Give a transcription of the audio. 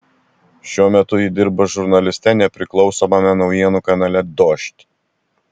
šiuo metu ji dirba žurnaliste nepriklausomame naujienų kanale dožd